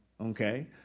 okay